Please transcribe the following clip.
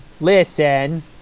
listen